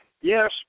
Yes